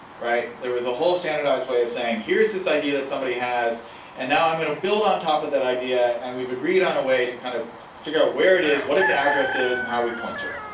right? there was a whole standardized way of saying, here's this idea that somebody has and now i'm gonna build on top of that idea and we've agreed on a way to kind of figure out where it is, what it's address is, and how we point to it.